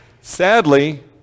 Sadly